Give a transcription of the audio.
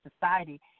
society